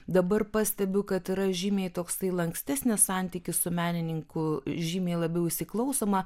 dabar pastebiu kad yra žymiai toksai lankstesnis santykį su menininku žymiai labiau įsiklausoma